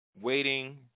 Waiting